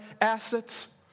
assets